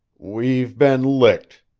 we've been licked,